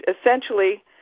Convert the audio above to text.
essentially